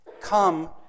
come